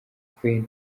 kwe